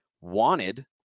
wanted